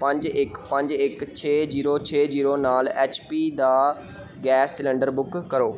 ਪੰਜ ਇੱਕ ਪੰਜ ਇੱਕ ਛੇ ਜੀਰੋ ਛੇ ਜੀਰੋ ਨਾਲ ਐੱਚ ਪੀ ਦਾ ਗੈਸ ਸਿਲੰਡਰ ਬੁੱਕ ਕਰੋ